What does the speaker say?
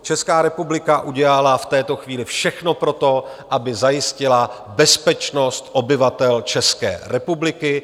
Česká republika udělala v této chvíli všechno pro to, aby zajistila bezpečnost obyvatel České republiky.